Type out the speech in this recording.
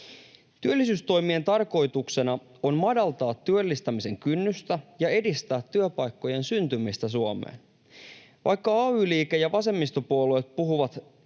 Työllisyystoimien tarkoituksena on madaltaa työllistämisen kynnystä ja edistää työpaikkojen syntymistä Suomeen. Vaikka ay-liike ja vasemmistopuolueet puhuvat